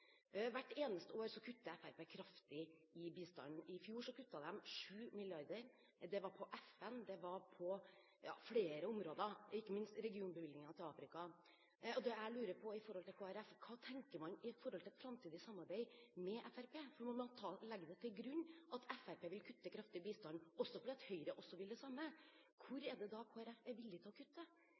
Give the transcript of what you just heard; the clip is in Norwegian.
Hvert eneste år kutter Fremskrittspartiet kraftig i bistanden. I fjor kuttet de 7 mrd. kr. – bl.a. til FN – det var på flere områder, ikke minst i regionbevilgningene til Afrika. Det jeg lurer på når det gjelder Kristelig Folkeparti, er: Hva tenker man om et framtidig samarbeid med Fremskrittspartiet når man legger til grunn at Fremskrittspartiet vil kutte kraftig i bistanden – og også Høyre vil det samme? Hvor er det da Kristelig Folkeparti er villig til å kutte?